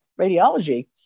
radiology